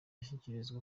ashyikirizwa